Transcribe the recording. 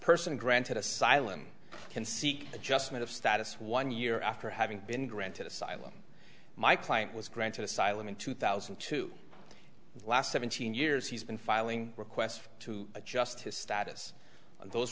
person granted asylum can seek adjustment of status one year after having been granted asylum my client was granted asylum in two thousand and two the last seventeen years he's been filing requests to adjust his status on those